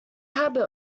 habit